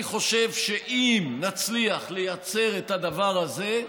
אני חשב שאם נצליח לייצר את הדבר הזה,